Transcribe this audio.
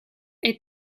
est